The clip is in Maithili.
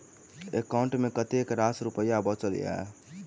एकाउंट मे कतेक रास रुपया बचल एई